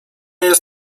jest